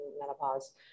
menopause